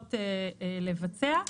צריכות לבצע.